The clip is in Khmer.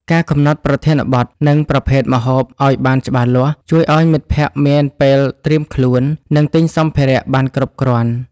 ការកំណត់ប្រធានបទ និងប្រភេទម្ហូបឱ្យបានច្បាស់លាស់ ជួយឱ្យមិត្តភក្តិមានពេលត្រៀមខ្លួន និងទិញសម្ភារៈបានគ្រប់គ្រាន់។